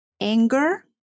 anger